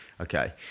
okay